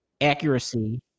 accuracy